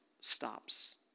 stops